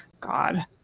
God